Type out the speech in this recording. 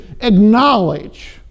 acknowledge